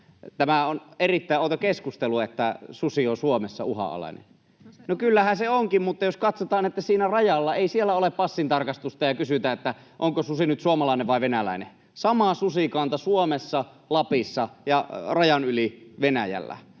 Tämä on erittäin outo keskustelu, että susi on Suomessa uhanalainen. No, kyllähän se onkin, mutta jos katsotaan, niin ei siellä rajalla ole passintarkastusta ja kysytä, onko susi nyt suomalainen vai venäläinen — sama susikanta Suomessa, Lapissa ja rajan yli Venäjällä.